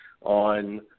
on